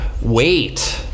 wait